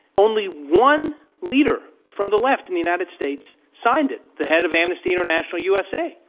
only one leader from the left in the united states signed it, the head of amnesty international usa.